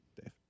Dave